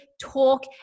talk